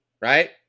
right